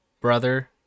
brother